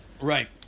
right